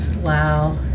Wow